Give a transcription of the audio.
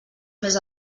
més